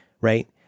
right